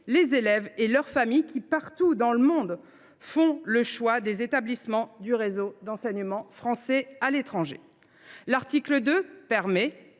les élèves et leurs familles qui, partout dans le monde, font le choix des établissements du réseau d’enseignement français à l’étranger. L’article 2 de